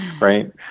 right